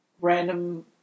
random